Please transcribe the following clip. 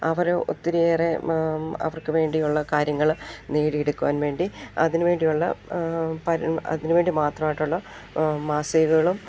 അവർ ഒത്തിരിയേറെ അവർക്ക് വേണ്ടിയുള്ള കാര്യങ്ങൾ നേടിയെടുക്കുവാൻ വേണ്ടി അതിനു വേണ്ടിയുള്ള അതിനു വേണ്ടി മാത്രമായിട്ടുള്ള മാസികകളും